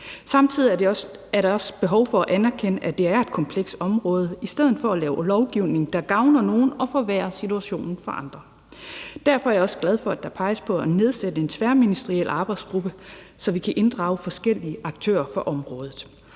Samtidig er der også behov for at anerkende, at det er et komplekst område, i stedet for at lave lovgivning, der gavner nogle og forværrer situationen for andre. Derfor er jeg også glad for, at der peges på at nedsætte en tværministeriel arbejdsgruppe, så vi kan inddrage forskellige aktører på området.